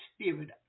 spirit